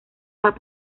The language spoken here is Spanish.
más